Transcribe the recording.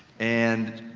and